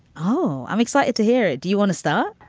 oh, i'm excited to hear it. do you want to start?